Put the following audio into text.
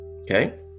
okay